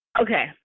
okay